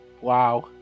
Wow